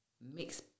mix